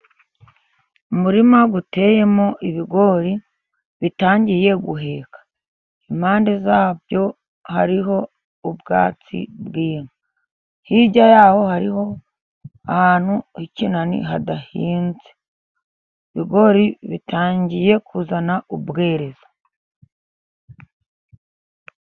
Umurima uteyemo ibigori bitangiye guheka, impande yabyo hariho ubwatsi bw'inka, hirya yaho hariho ahantu h'ikinani hadahinze, ibigori bitangiye kuzana ubwerezwa.